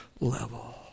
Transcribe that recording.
level